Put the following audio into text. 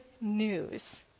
news